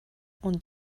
und